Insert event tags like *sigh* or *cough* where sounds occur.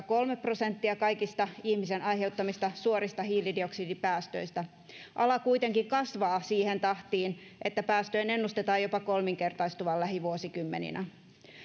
*unintelligible* kolme prosenttia kaikista ihmisen aiheuttamista suorista hiilidioksidipäästöistä ala kuitenkin kasvaa siihen tahtiin että päästöjen ennustetaan jopa kolminkertaistuvan lähivuosikymmeninä